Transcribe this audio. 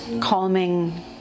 calming